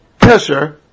Kesher